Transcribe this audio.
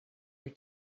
your